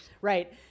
Right